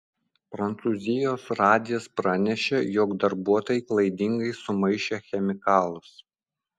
prancūzijos radijas pranešė jog darbuotojai klaidingai sumaišė chemikalus